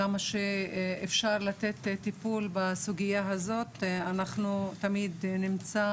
עד כמה שאפשר לתת טיפול בעניין הזה אנחנו תמיד נמצא